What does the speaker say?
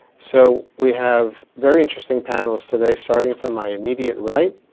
so we have very interesting panelists today, starting from my immediate right.